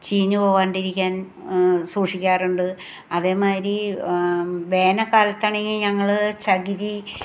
ചീഞ്ഞ് പോവാതിരിക്കാൻ സൂക്ഷിക്കാറുണ്ട് അതേമാതിരി വേനൽ കാലത്താണെങ്കിൽ ഞങ്ങൾ ചകിരി